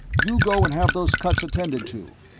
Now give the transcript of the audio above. you go and have those cuts attended to,